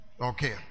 Okay